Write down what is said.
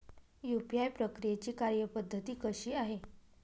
UPI प्रक्रियेची कार्यपद्धती कशी आहे?